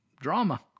Drama